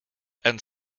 and